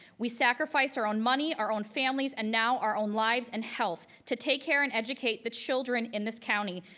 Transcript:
we sacrifice our own money, our own families, and now our own lives and health to take care and educate the children in this county.